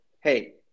hey